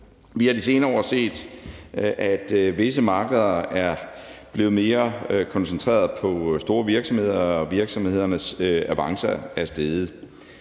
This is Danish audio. Vi har de senere år set, at visse markeder er blevet mere koncentreret på store virksomheder og virksomhedernes avancer er steget.